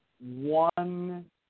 one